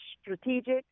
strategic